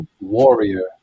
warrior